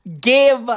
give